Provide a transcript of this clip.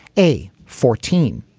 a, fourteen,